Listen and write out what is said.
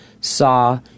saw